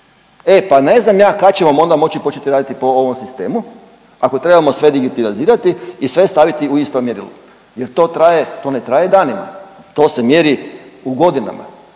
E pa ne znam ja kada ćemo onda moći početi raditi po ovom sistemu ako trebamo sve digitalizirati i sve staviti u isto mjerilo. Jer to traje, to ne traje danima. To se mjeri godinama.